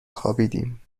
خوابیدیم